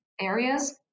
areas